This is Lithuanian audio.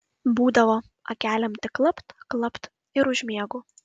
būdavo akelėm tik klapt klapt ir užmiegu